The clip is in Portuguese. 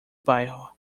bairro